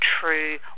true